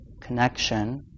connection